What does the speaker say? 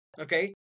okay